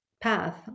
path